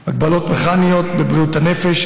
מגבילים, הגבלות מכניות בבריאות הנפש.